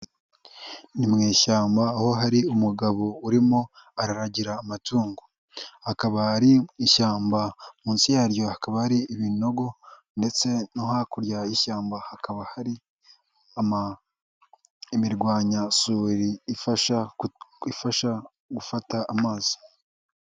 Ni mu ishyamba aho hari umugabo urimo araragira amatungo. Akaba ari ishyamba munsi yaryo hakaba hari ibinogo ndetse no hakurya y'ishyamba hakaba hari imirwanyasuri ifasha, ifasha gufata amazi.